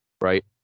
right